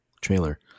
trailer